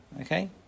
Okay